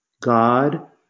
God